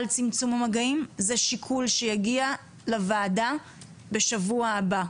צמצום המגעים זה שיקול שיגיע לשולחן הוועדה בשבוע הבא,